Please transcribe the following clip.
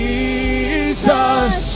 Jesus